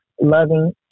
loving